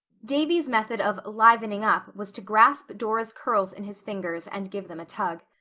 davy's method of livening up was to grasp dora's curls in his fingers and give them a tug.